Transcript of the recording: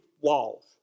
walls